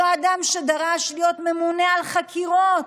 אותו אדם שדרש להיות ממונה על חקירות,